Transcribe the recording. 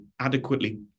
adequately